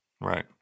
Right